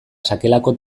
sakelako